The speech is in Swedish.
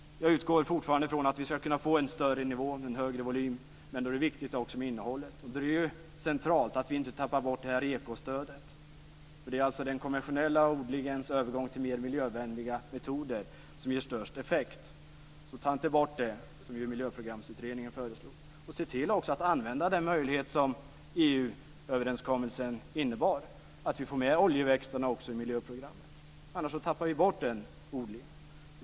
Jag utgår fortfarande ifrån att vi ska kunna få en högre nivå och en större volym, men då är det också viktigt med innehållet. Det är då centralt att vi inte tappar bort ekostödet. Det är alltså den konventionella odlingens övergång till mer miljövänliga metoder som ger störst effekt. Så ta inte bort det som Miljöprogramsutredningen föreslog! Se också till att använda den möjlighet som EU-överenskommelsen innebar, så att vi får med oljeväxterna också i miljöprogrammet. Annars tappar vi bort den odlingen.